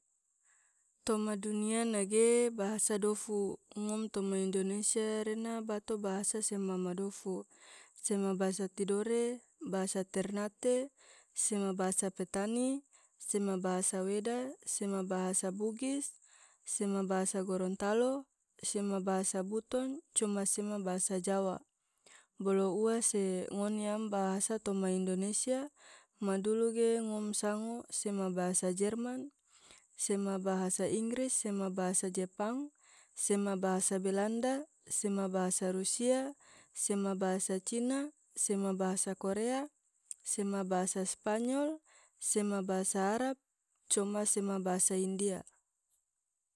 toma dunia na ge bahasa dofu, ngom toma indonesia rena bato bahasa sema madofu, sema bahasa tidore, bahasa ternate, sema bahasa petani, sema bahasa weda, sema bahasa bugis, sema bahasa gorontalo, sema bahasa buton coma sema bahasa jawa, bolo ua se ngon yam bahas toma indonesia ma dulu ge ngom sango sema bahasa jerman, sema bahasa inggris, sema bahasa jepang, sema bahasa balanda, sema bahasa rusia, sema bahasa cina, sema bahasa korea, sema bahasa spanyol, sema bahasa arab, coma sema bahasa india.